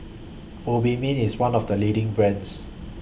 Obimin IS one of The leading brands